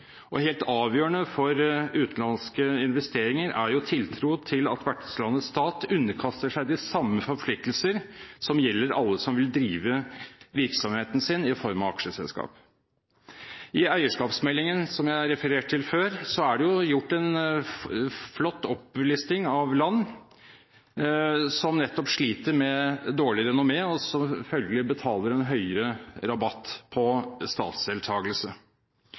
Helt avgjørende for utenlandske investeringer er tiltro til at vertslandets stat underkaster seg de forpliktelser som gjelder alle som vil drive virksomheten sin i form av aksjeselskap. I eierskapsmeldingen, som jeg har referert til før, er det gjort en flott opplisting av land som nettopp sliter med et dårlig renommé – og følgelig betaler en høyere rabatt på